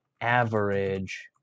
average